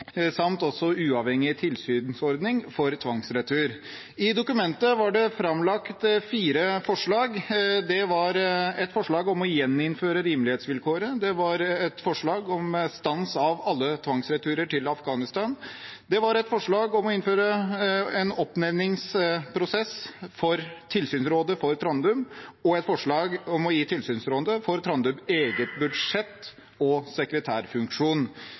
samt en uavhengig tilsynsordning for tvangsretur. I dokumentet var det framlagt fire forslag. Det var et forslag om å gjeninnføre rimelighetsvilkåret, det var et forslag om stans av alle tvangsreturer til Afghanistan, det var et forslag om å innføre en oppnevningsprosess for Tilsynsrådet for Trandum og et forslag om å gi Tilsynsrådet for Trandum eget budsjett og sekretærfunksjon.